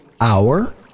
hour